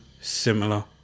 similar